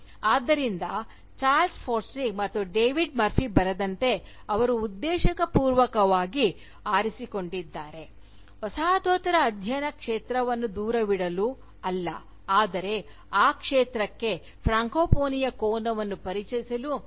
ಆದ್ದರಿಂದ Charles Forsdick ಮತ್ತು David Murphy ಬರೆದಂತೆ ಅವರು ಉದ್ದೇಶಪೂರ್ವಕವಾಗಿ ಆರಿಸಿಕೊಂಡಿದ್ದಾರೆ ವಸಾಹತೋತ್ತರ ಅಧ್ಯಯನ ಕ್ಷೇತ್ರವನ್ನು ದೂರವಿಡಲು ಅಲ್ಲ ಆದರೆ ಆ ಕ್ಷೇತ್ರಕ್ಕೆ ಫ್ರಾಂಕೋಫೋನಿಯ ಕೋನವನ್ನು ಪರಿಚಯಿಸಲು